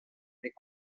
est